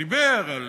שדיבר על,